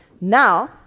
Now